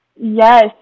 Yes